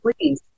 Please